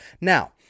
Now